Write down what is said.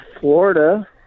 Florida